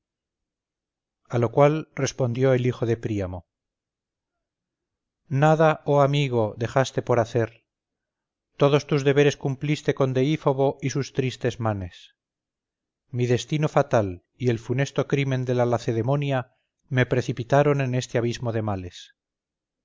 a lo cual respondió el hijo de príamo nada oh amigo dejaste por hacer todos tus deberes cumpliste con deífobo y sus tristes manes mi destino fatal y el funesto crimen de la lacedemonia me precipitaron en este abismo de males